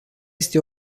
este